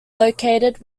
located